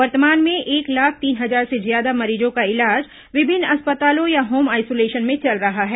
वर्तमान में एक लाख तीन हजार से ज्यादा मरीजों का इलाज विभिन्न अस्पतालों या होम आइसोलेशन में चल रहा है